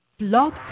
Blog